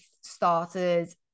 started